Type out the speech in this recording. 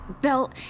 Bill